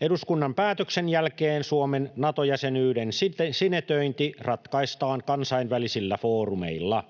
Eduskunnan päätöksen jälkeen Suomen Nato-jäsenyyden sinetöinti ratkaistaan kansainvälisillä foorumeilla.